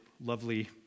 lovely